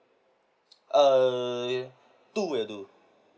err two will do